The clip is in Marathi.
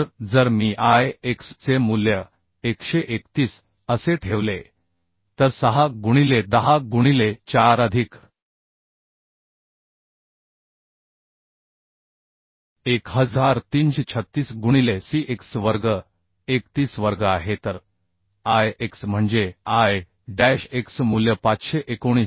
तर जर मी I x चे मूल्य 131 असे ठेवले तर 6 गुणिले 10 गुणिले 4 अधिक 1336 गुणिले c x वर्ग 31 वर्ग आहे तर आय एक्स म्हणजे आय डॅश x मूल्य 519